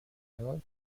final